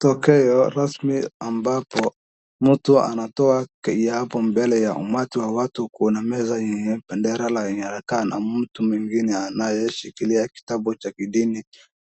Tokeo rasmi ambapo mtu anatoa kiapo mbele ya umati wa watu. Kuna meza yenye bendera la inchi na kuna mtu mwingine anayeshikilia kitabu cha kidini